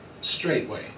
straightway